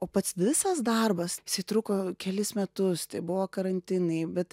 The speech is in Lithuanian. o pats visas darbas jisai truko kelis metus tai buvo karantinai bet